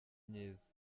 myiza